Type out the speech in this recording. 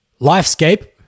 Lifescape